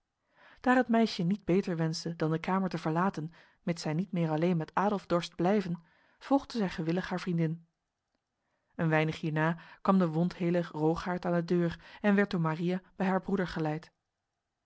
daar het meisje niet beter wenste dan de kamer te verlaten mits zij niet meer alleen met adolf dorst blijven volgde zij gewillig haar vriendin een weinig hierna kwam de wondheler rogaert aan de deur en werd door maria bij haar broeder geleid